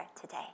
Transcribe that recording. today